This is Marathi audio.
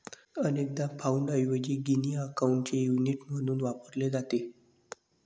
अनेकदा पाउंडऐवजी गिनी अकाउंटचे युनिट म्हणून वापरले जाते